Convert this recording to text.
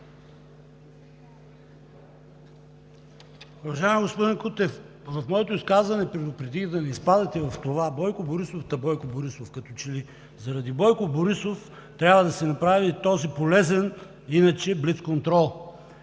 Уважаеми господин Кутев, в моето изказване предупредих да не изпадате в това – Бойко Борисов, та Бойко Борисов. Като че ли заради Бойко Борисов трябва да се направи този полезен иначе блицконтрол.